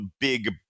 big